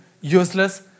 useless